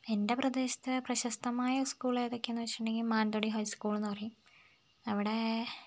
എൻ്റെ പ്രദേശത്തെ പ്രശസ്തമായ സ്കൂൾ ഏതൊക്കെയാണെന്ന് വെച്ചിട്ടുണ്ടെങ്കിൽ മാനന്തവാടി ഹൈ സ്കൂൾ എന്ന് പറയും അവിടെ